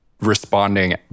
responding